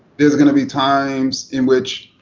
there's going to be times in which